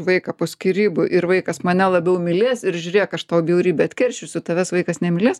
vaiką po skyrybų ir vaikas mane labiau mylės ir žiūrėk aš tau bjaurybe atkeršysiu tavęs vaikas nemylės